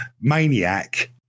maniac